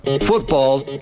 Football